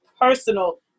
personal